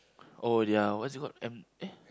oh ya what is it called M eh